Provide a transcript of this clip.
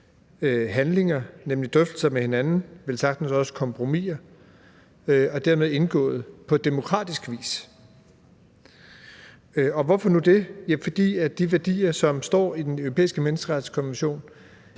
handlinger, nemlig drøftelser med hinanden, velsagtens også kompromiser, og er dermed indgået på demokratisk vis. Hvorfor nu det? Ja, det er, fordi de værdier, som står i Den Europæiske Menneskerettighedskonvention,